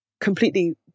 completely